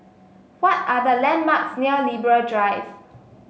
what are the landmarks near Libra Drive